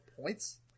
points